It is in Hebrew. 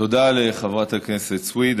תודה לחברת הכנסת סויד.